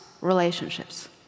relationships